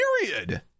Period